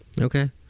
Okay